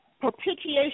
propitiation